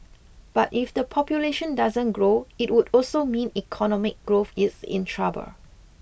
but if the population doesn't grow it would also mean economic growth is in trouble